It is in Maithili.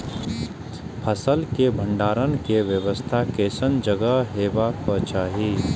फसल के भंडारण के व्यवस्था केसन जगह हेबाक चाही?